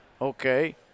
okay